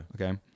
Okay